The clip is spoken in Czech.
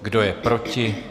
Kdo je proti?